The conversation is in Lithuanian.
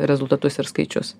rezultatus ir skaičius